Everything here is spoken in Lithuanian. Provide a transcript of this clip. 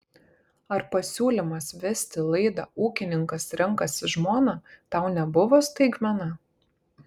ar pasiūlymas vesti laidą ūkininkas renkasi žmoną tau nebuvo staigmena